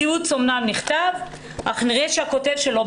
הציוץ אמנם נמחק אך נראה שהכותב שלו,